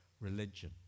religion